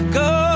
go